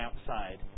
outside